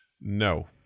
No